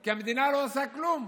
כי המדינה לא עושה כלום.